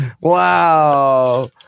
Wow